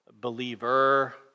believer